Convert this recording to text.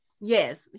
yes